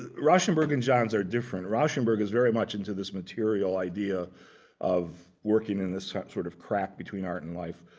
rauschenberg and johns are different. rauschenberg is very much into this material idea of working in this sort of crack between art and life.